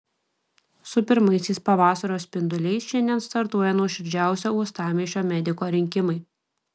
su pirmaisiais pavasario spinduliais šiandien startuoja nuoširdžiausio uostamiesčio mediko rinkimai